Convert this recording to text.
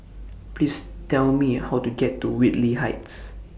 Please Tell Me How to get to Whitley Heights